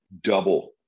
double